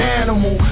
animal